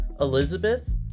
Elizabeth